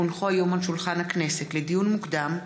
כי הונחו היום על שולחן הכנסת לדיון מוקדם,